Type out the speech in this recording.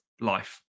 life